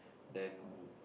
then